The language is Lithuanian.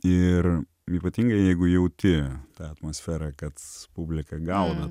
ir ypatingai jeigu jauti tą atmosferą kad publika gauna